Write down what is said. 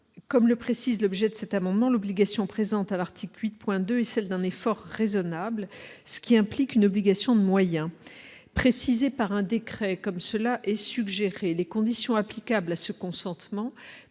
comme le précise l'objet de cet amendement, l'obligation présente à l'article 8,2 et celle d'un effort raisonnable, ce qui implique une obligation de moyens, précisée par un décret comme cela est suggéré les conditions applicables à ce consentement pourrait